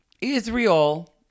Israel